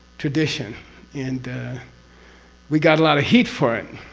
tradition and we got a lot of heat for it,